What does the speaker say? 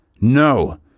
No